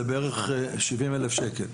זה בערך 70,000 שקלים.